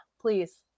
please